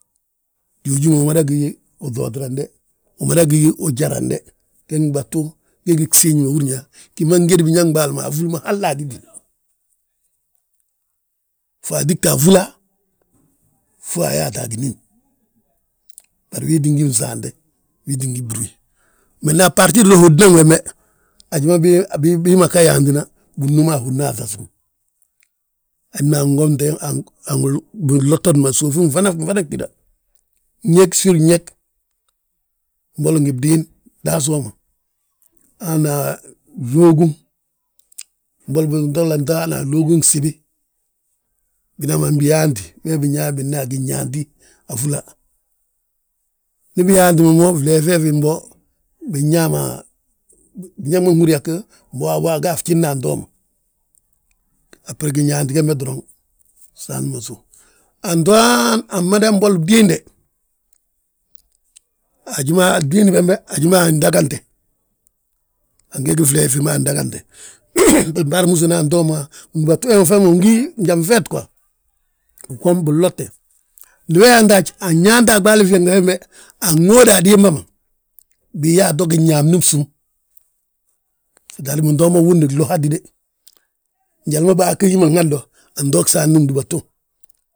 Júju we umada gí uŧootrande, umada gi ujarande, ge gdúbatu ge gi siñ ma húrin yaa, gi ma ngédi biñaŋ ɓaali ma afúli ma halla agítini. Fo atiga a gifúla fo ayaata a ginín, bari wii tti gi fnsaante, wii ttin gí bruwi; Mena a bbarirdo hódi wembe, haji ma bii ma ga yaantina, binúm ma a hódna aŧasi ma. Héd ma anwomte, héd ma bilotod ma suufi nfana gfana gtída, gñég sir ñég, mboli ngi bdiin daasuma, hana flóogun. Mboli bigolla nto hana glóoguŋ gsibi, bi mana biyaanti, wee binyaa be bina yaa ginyaanti, a fúla. Ndi biyaanti ma mo flee fee fi mbo, binñaa ma, biñaŋ nhúri yaa go, mbo waabo aga gjifna anto ma. Abere ginyaanti gembe doroŋ saanti ma sów; Anto haaan amada mbolo bdiinde, haji ma bdiindi bembe, haji ma andagante. Angegi fleey a fi ma andagante, binbarimúsona antoo ma bindúbatu, he gi njan feet guwa binlotte. Ndi we yaanta haj, anyaanta a ɓaalin fyeŋde fembe, anŋóoda a dimba ma. Binyaa ato ginñamni bsúm, setadir binto ma wundi glo hatide, njali ma bihagoyi ma hando, anto gsaanti gdúbatu.